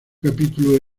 capítulo